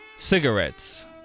cigarettes